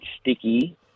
sticky